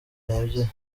nebyiri